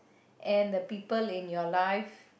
and the people in your life